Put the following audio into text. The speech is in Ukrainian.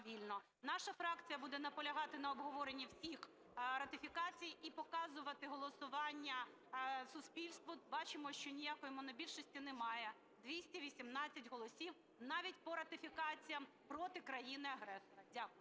Наша фракція буде наполягати на обговоренні всіх ратифікацій і показувати голосування суспільству. Бачимо, що ніякої монобільшості немає, 218 голосів навіть по ратифікаціях проти країни-агресора. Дякую.